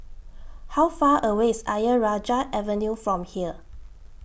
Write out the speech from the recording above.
How Far away IS Ayer Rajah Avenue from here